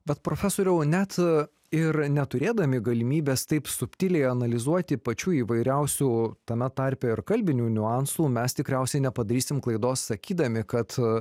bet profesoriau net ir neturėdami galimybės taip subtiliai analizuoti pačių įvairiausių tame tarpe ir kalbinių niuansų mes tikriausiai nepadarysim klaidos sakydami kad